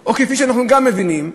או כפי שאנחנו גם מבינים,